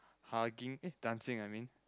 hugging eh dancing I mean